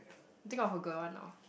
think of a good one or